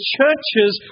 churches